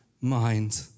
mind